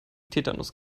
tetanus